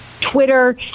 Twitter